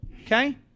Okay